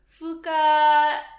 Fuka